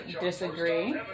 disagree